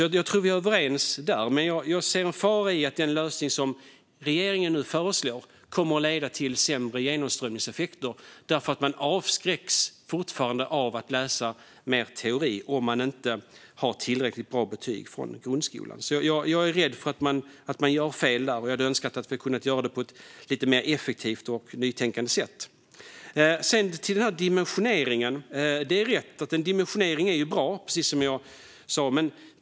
Jag tror att vi är överens där, men jag ser en fara i att den lösning som regeringen nu föreslår kommer att leda till sämre genomströmning därför att man fortfarande avskräcks av att läsa mer teori om man inte har tillräckligt bra betyg från grundskolan. Jag är rädd att det blir fel där, och jag önskar att vi hade kunnat göra det på ett lite mer effektivt och nytänkande sätt. Så till dimensioneringen. Dimensionering är bra, precis som jag sa.